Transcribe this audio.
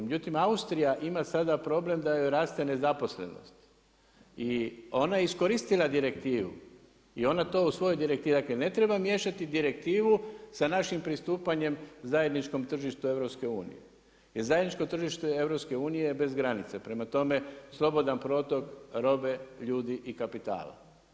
Međutim, Austrija ima sada problem da joj raste nezaposlenost i ona je iskoristila direktivu i ona to u svojoj direktivi ne treba miješati direktivnu sa našim pristupanjem zajedničkom tržištu EU, jer zajedničko tržište EU bez granice, prema tome slobodan protok robe, ljudi i kapitala.